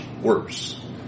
worse